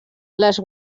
les